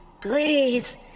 Please